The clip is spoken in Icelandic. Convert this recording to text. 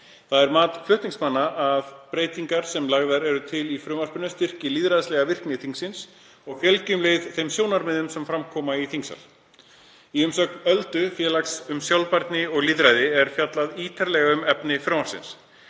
Það er mat flutningsmanna að breytingar þær sem lagðar eru til í frumvarpinu styrki lýðræðislega virkni þingsins og fjölgi um leið þeim sjónarmiðum sem fram koma í þingsal. Í umsögn Öldu, félags um sjálfbærni og lýðræði, er fjallað ítarlega um efni frumvarpsins.